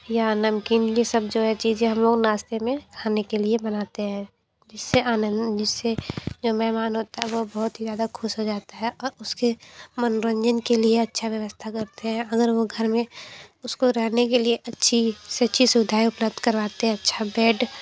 या नमकीन की सब जो है चीजे हमलोग नाश्ते में खाने के लिए बनाते हैं जिससे आनंद जिससे जो मेहमान होता है वो बोहोत ही ज़्यादा खुश हो जाता है और उसके मनोरंजन के लिए अच्छा व्यवस्था करते हैं अगर वो घर में उसको रहने के लिए अच्छी से अच्छी सुविधाएँ उपलब्ध करवाते हैं अच्छा बेड